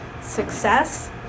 success